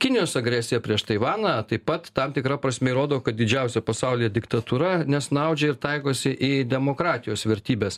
kinijos agresija prieš taivaną taip pat tam tikra prasme rodo kad didžiausia pasaulyje diktatūra nesnaudžia ir taikosi į demokratijos vertybes